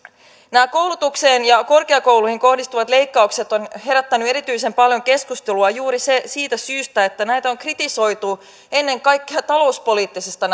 nämä koulutukseen ja korkeakouluihin kohdistuvat leikkaukset ovat herättäneet erityisen paljon keskustelua juuri siitä syystä että näitä on kritisoitu ennen kaikkea talouspoliittisesta